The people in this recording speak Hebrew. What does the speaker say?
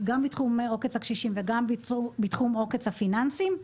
גם בתחום עוקץ הקשישים וגם בתחום עוקץ הפיננסים.